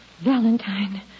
Valentine